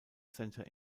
center